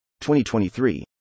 2023